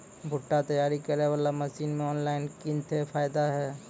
भुट्टा तैयारी करें बाला मसीन मे ऑनलाइन किंग थे फायदा हे?